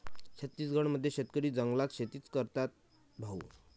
छत्तीसगड मध्ये शेतकरी जंगलात शेतीच करतात भाऊ